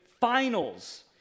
finals